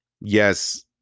Yes